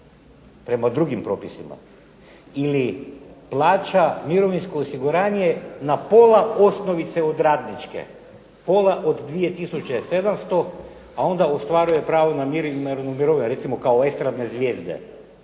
prema drugim propisima ili plaća mirovinsko osiguranje na pola osnovice od radničke, pola od 2700, a onda ostvaruje pravo na minimalnu mirovinu, recimo kao estradne zvijezde